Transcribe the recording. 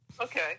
Okay